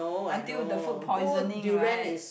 until the food poisoning right